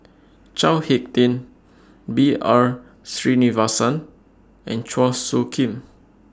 Chao Hick Tin B R Sreenivasan and Chua Soo Khim